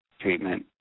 treatment